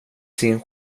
sin